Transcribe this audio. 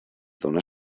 dóna